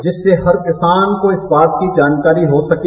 जिससे हर किसान को इस बात की जानकारी हो सके